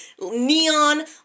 neon